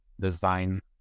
design